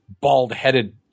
bald-headed